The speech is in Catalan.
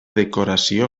decoració